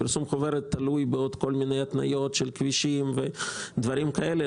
פרסום חוברת תלוי בעוד כל מיני התניות של כבישים ודברים כאלו.